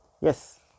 Yes